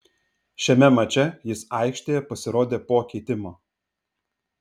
šiame mače jis aikštėje pasirodė po keitimo